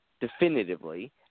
definitively